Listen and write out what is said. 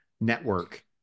network